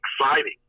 exciting